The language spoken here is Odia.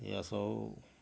ଏହା ସବୁ